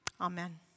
Amen